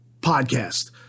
podcast